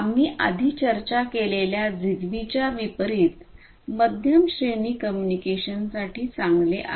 आम्ही आधी चर्चा केलेल्या झिगबीच्या विपरीत मध्यम श्रेणी कम्युनिकेशनसाठी चांगले आहे